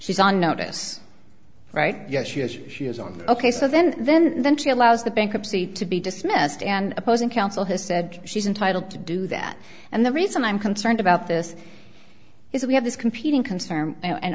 she's on notice right yes yes she is on the ok so then then then she allows the bankruptcy to be dismissed and opposing counsel has said she's entitled to do that and the reason i'm concerned about this if we have these competing concerns and